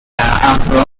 after